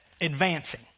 advancing